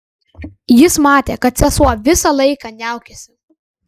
jis matė kad sesuo visą laiką niaukėsi